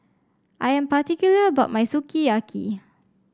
I am particular about my Sukiyaki